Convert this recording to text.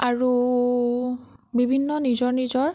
আৰু বিভিন্ন নিজৰ নিজৰ